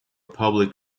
public